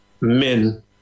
men